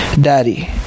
Daddy